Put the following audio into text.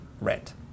rent